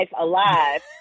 alive